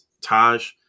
Taj